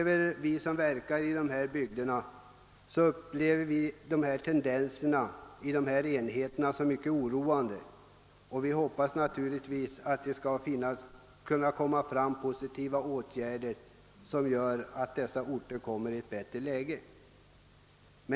Vi som verkar i dessa bygder an ser att tendenserna är mycket oroande, och vi hoppas naturligtvis att positiva åtgärder skall vidtas så att dessa orter kommer i ett bättre läge.